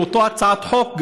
באותה הצעת חוק,